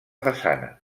façana